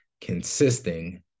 consisting